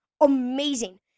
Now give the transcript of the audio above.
amazing